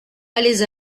allez